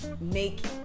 make